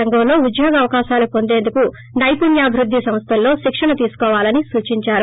రంగాల్లో ఉద్యోగ అవకాశాలు పొందేందుకు నైపుణ్యాభివృద్ది సంస్థల్లో శిక్షణ తీసుకోవాలని సూచించారు